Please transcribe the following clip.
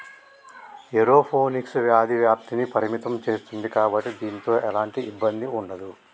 aeroponics వ్యాధి వ్యాప్తిని పరిమితం సేస్తుంది కాబట్టి దీనితో ఎలాంటి ఇబ్బంది ఉండదు